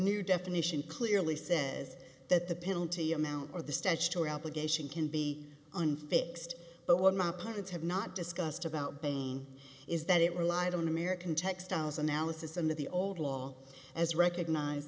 new definition clearly says that the penalty amount or the statutory obligation can be unfixed but what my partners have not discussed about painting is that it relied on american textiles analysis and the old law as recognize